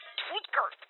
tweaker